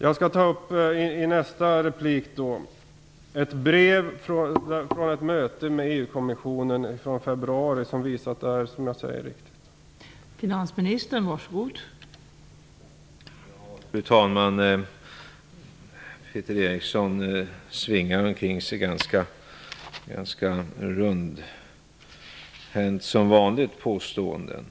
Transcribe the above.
I nästa replik skall jag ta upp ett brev från ett möte med EU-kommissionen i februari som visar att det som jag säger är riktigt.